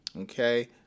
Okay